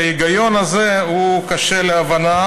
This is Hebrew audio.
ההיגיון הזה קשה להבנה,